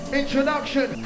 introduction